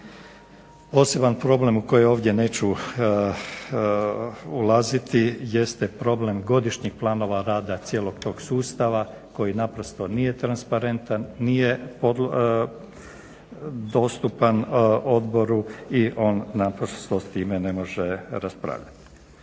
Poseban problem u koji ovdje neću ulaziti jeste problem godišnjeg planova rada cijelog tog sustava koji naprosto nije transparentan, nije dostupan odboru i on naprosto s time ne može raspravljati.